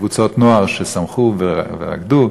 וקבוצות נוער שמחו ורקדו.